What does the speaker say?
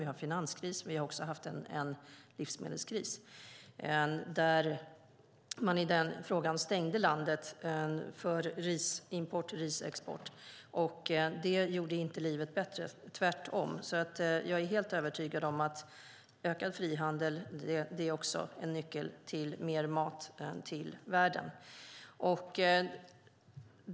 Vi har finanskris, och vi har också haft en livsmedelskris. I den frågan stängde man landet för risimport och risexport. Det gjorde inte livet bättre, utan tvärtom. Jag är helt övertygad om att ökad frihandel också är en nyckel till mer mat till världen.